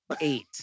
eight